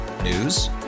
News